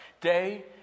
day